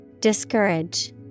Discourage